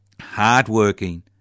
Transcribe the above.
hardworking